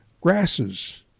grasses